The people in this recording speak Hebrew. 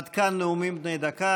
עד כאן נאומים בני דקה.